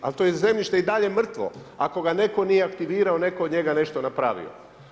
Ali to je zemljište i dalje mrtvo, ako ga netko nije aktivirao, netko od njega nešto napravio.